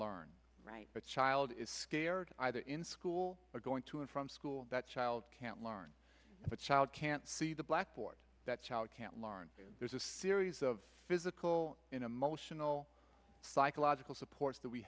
cannot but child is scared either in school or going to and from school that child can't learn if a child can't see the blackboard that child can't learn there's a series of physical emotional psychological supports that we